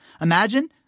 Imagine